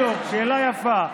בדיוק, שאלה יפה.